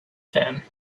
them